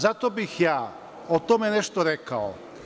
Zato bih ja o tome nešto rekao.